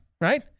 Right